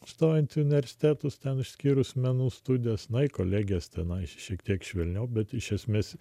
stojant į universitetus ten išskyrus menų studijas nei kolegės tenai šiek tiek švelniau bet iš esmės